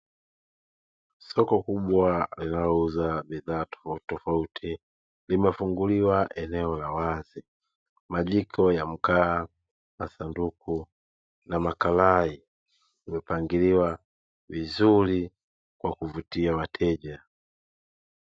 Soko kubwa linalouza bidhaa tofauti tofauti limefunguliwa eneo la wazi majiko ya mkaa na sanduku na makarai, yamepangiliwa vizuri kwa kuvutia wateja.